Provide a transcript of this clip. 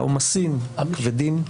העומסים הכבדים,